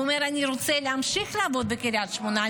הוא אומר: אני רוצה להמשיך לעבוד בקריית שמונה,